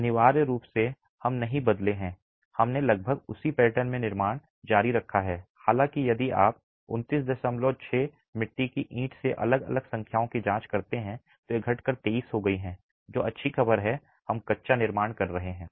अनिवार्य रूप से हम नहीं बदले हैं हमने लगभग उसी पैटर्न में निर्माण जारी रखा है हालाँकि यदि आप 296 मिट्टी की ईंट से अलग अलग संख्याओं की जाँच करते हैं तो यह घटकर 23 हो गई है जो अच्छी खबर है हम कम कच्चा निर्माण कर रहे हैं